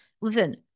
Listen